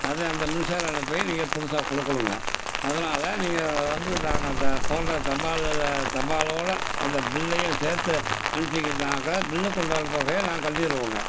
அதுவும் அந்த மின்சார இணைப்பையும் நீங்கள் புதுசாக கொடுக்கணுங்க அதனால் நீங்கள் வந்து நாங்கள் அதை போன்ற தபாலுல தபாளோட அந்த பில்லையும் சேர்த்து அனுப்பிச்சிங்கன்னாக்கா பில்லுக்கு உண்டான தொகையை நான் கட்டிடுவோங்க